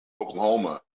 Oklahoma